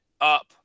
up